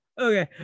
Okay